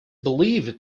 believed